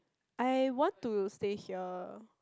I want to stay here